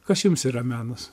kas jums yra menas